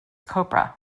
copra